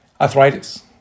arthritis